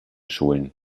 schulen